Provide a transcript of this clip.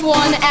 one